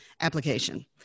application